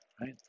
right